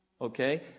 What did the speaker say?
okay